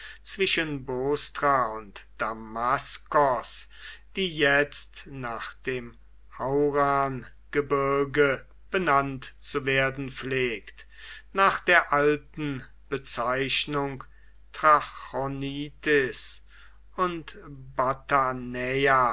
zwischen bostra und damaskos die jetzt nach dem haurngebirge benannt zu werden pflegt nach der alten bezeichnung trachonitis und